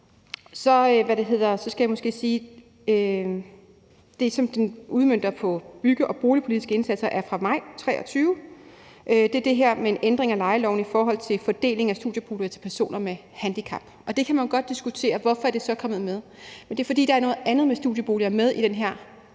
det, som vi udmønter på bygge- og boligpolitiske indsatser, er fra maj 2023, og det er det her med en ændring af lejeloven i forhold til fordelingen af studieboliger til personer med handicap. Man kan godt diskutere, hvorfor det så er kommet med, men det er, fordi der er noget andet med studieboliger med i det her